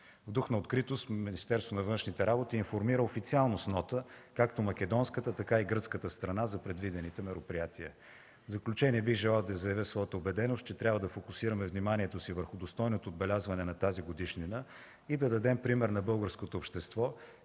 В дух на откритост Министерството на външните работи информира официално с нота както македонската, така и гръцката страна за предвидените мероприятия. В заключение бих желал да заявя своята убеденост, че трябва да фокусираме вниманието си върху достойното отбелязване на тази годишнина и да дадем пример на българското общество,